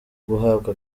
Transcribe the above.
guhabwa